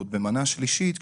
ועוד במנה שלישית,